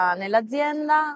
nell'azienda